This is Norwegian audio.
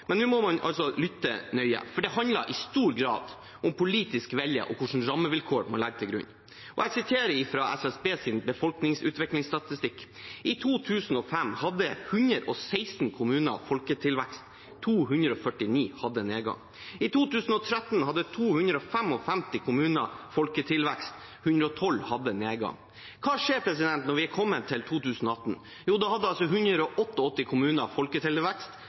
Men nå må man altså lytte nøye, for det handler i stor grad om politisk vilje og hva slags rammevilkår man legger til grunn. Og jeg viser til SSBs befolkningsutviklingsstatistikk: I 2005 hadde 116 kommuner folketilvekst, 249 hadde nedgang. I 2013 hadde 255 kommuner folketilvekst, 112 hadde nedgang. Hva skjedde da vi kom til 2018? Da hadde altså 188 kommuner folketilvekst, og 227 hadde nedgang. I fjor hadde 128 kommuner folketilvekst,